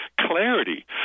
clarity